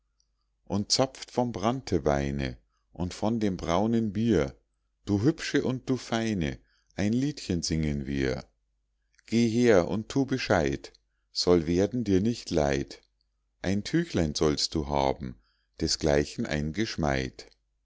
und zapft vom brannteweine und von dem braunen bier du hübsche und du feine ein liedchen singen wir geh her und tu bescheid soll werden dir nicht leid ein tüchlein sollst du haben desgleichen